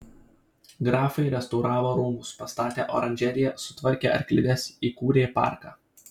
grafai restauravo rūmus pastatė oranžeriją sutvarkė arklides įkūrė parką